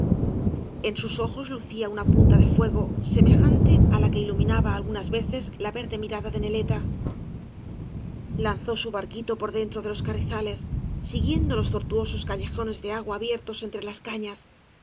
en sus ojos lucía una punta de fuego semejante á la que iluminaba algunas veces la verde mirada de neleta lanzó su barquito por dentro de los carrizales siguiendo los tortuosos callejones de agua abiertos entre las cañas